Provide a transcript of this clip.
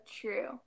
true